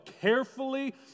carefully